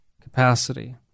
capacity